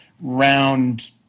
round